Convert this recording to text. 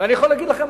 ואני יכול להגיד לכם,